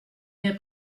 rien